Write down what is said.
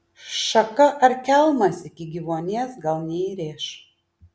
šaka ar kelmas iki gyvuonies gal neįrėš